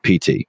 PT